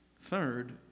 Third